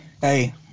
Hey